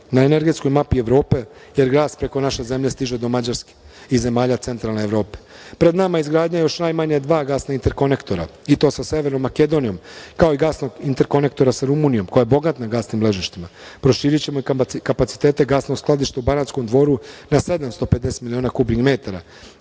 na energetskoj mapi Evrope, jer gas preko naše zemlje stiže do Mađarske i zemalja centralne Evrope. Pred nama je izgradnja još najmanje dva gasna interkonektora, i to sa Severnom Makedonijom, kao i gasnog interkonektora sa Rumunijom, koja je bogata gasnim ležištima. Proširićemo i kapacitete gasnog skladišta u Banatskom Dvoru na 750 miliona kubnih metara,